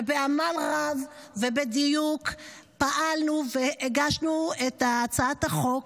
ובעמל רב ובדיוק פעלנו והגשנו את הצעת החוק.